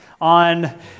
on